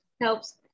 helps